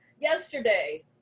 yesterday